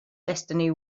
destiny